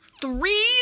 Three